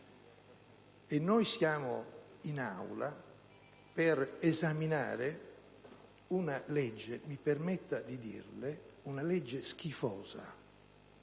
e noi siamo in Aula per esaminare una legge - mi